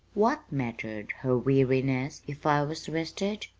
what mattered her weariness if i was rested?